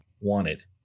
wanted